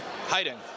hiding